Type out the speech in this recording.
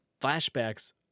flashbacks